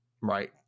Right